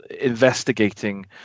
investigating